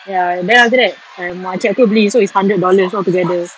ya and then after that makcik aku beli so it's hundred dollars altogether